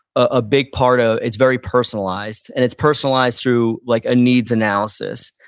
a big part, ah it's very personalized. and it's personalized through like a needs analysis.